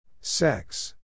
Sex